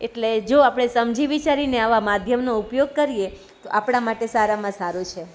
એટલે જો આપણે સમજી વિચારીને આવા માધ્યમનો ઉપયોગ કરીએ તો આપણા માટે સારામાં સારું છે